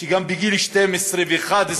שגם בגיל 12 ו-11